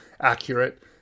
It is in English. accurate